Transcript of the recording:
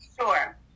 Sure